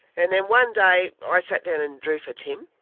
and then one day i sat down and drew for tim,